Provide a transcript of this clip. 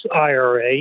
IRA